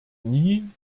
nie